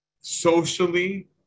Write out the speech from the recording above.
Socially